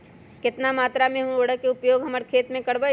कितना मात्रा में हम उर्वरक के उपयोग हमर खेत में करबई?